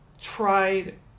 tried